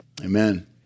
Amen